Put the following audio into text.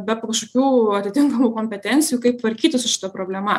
be kažkokių atitinkamų kompetencijų kaip tvarkytis su šita problema